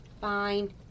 Fine